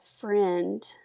friend